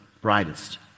brightest